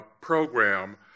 program